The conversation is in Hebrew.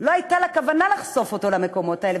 לא הייתה לה כוונה לחשוף אותו למקומות האלה,